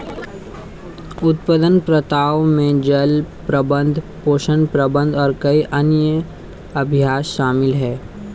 उत्पादन प्रथाओं में जल प्रबंधन, पोषण प्रबंधन और कई अन्य अभ्यास शामिल हैं